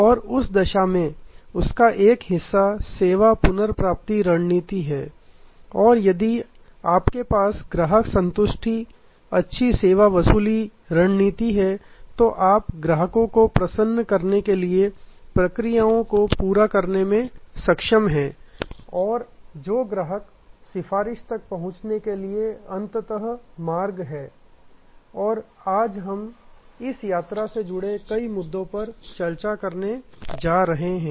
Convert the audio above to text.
और उस में इसका एक हिस्सा सेवा पुनर्प्राप्ति रणनीति है और यदि आपके पास ग्राहक संतुष्टि अच्छी सेवा वसूली रणनीति है तो आप ग्राहकों को प्रसन्न करने के लिए प्रक्रियाओं को पूरा करने में सक्षम हैं और जो ग्राहक सिफारिश तक पहुँचने के लिए अंततः मार्ग है और हम आज इस यात्रा से जुड़े कई मुद्दों पर चर्चा करने जा रहे हैं